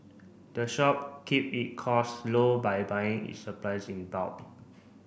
the shop keep it cost low by buying its supplies in bulk